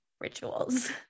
rituals